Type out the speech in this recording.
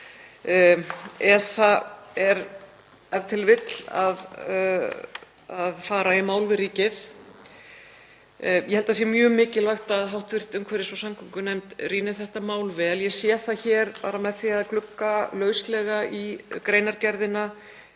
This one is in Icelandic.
ESA er e.t.v. að fara í mál við ríkið. Ég held að það sé mjög mikilvægt að hv. umhverfis- og samgöngunefnd rýni þetta mál vel. Ég sé það hér, bara með því að glugga lauslega í greinargerðina,